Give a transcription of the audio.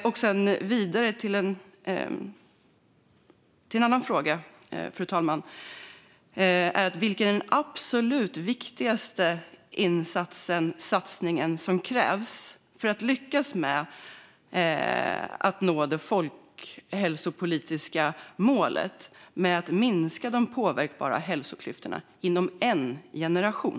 Jag har även en annan fråga, fru talman. Vilken är den absolut viktigaste insats eller satsning som krävs för att lyckas med att nå det folkhälsopolitiska målet att minska de påverkbara hälsoklyftorna inom en generation?